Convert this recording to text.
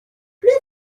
ble